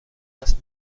است